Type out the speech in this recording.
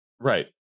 right